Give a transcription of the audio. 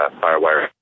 firewire